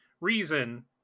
reason